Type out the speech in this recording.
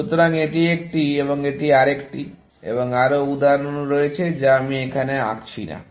সুতরাং এটি একটি এবং এটি আরেকটি এবং আরও উদাহরণ রয়েছে যা আমি এখানে আঁকছি না